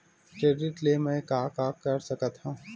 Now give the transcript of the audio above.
Credit ले मैं का का कर सकत हंव?